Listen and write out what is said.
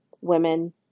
women